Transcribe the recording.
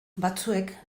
batzuek